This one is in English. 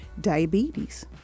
Diabetes